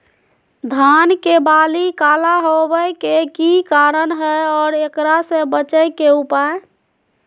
धान के बाली काला होवे के की कारण है और एकरा से बचे के उपाय?